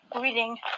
reading